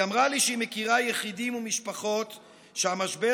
היא אמרה לי שהיא מכירה יחידים ומשפחות שהמשבר